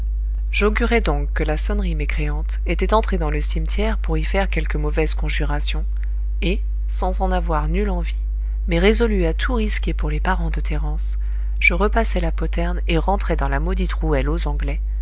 j'augurai donc que la sonnerie mécréante était entrée dans le cimetière pour y faire quelque mauvaise conjuration et sans en avoir nulle envie mais résolu à tout risquer pour les parents de thérence je repassai la poterne et rentrai dans la maudite rouelle aux anglais